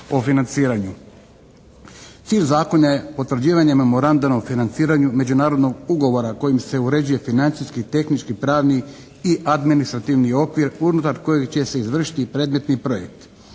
Cilj Zakona je potvrđivanje memoranduma o financiranju međunarodnog ugovora kojim se uređuje financijski, tehnički, pravni i administrativni okvir unutar kojeg će se izvršiti i predmetni projekt.